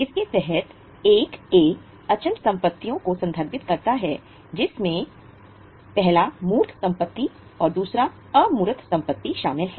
इसके तहत अमूर्त संपत्ति शामिल हैं